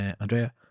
Andrea